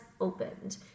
opened